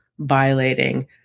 violating